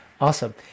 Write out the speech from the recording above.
Awesome